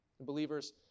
Believers